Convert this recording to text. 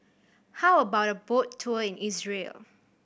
how about a boat tour in Israel